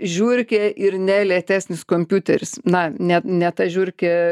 žiurkė ir ne lėtesnis kompiuteris na ne ne ta žiurkė